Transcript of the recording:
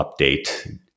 update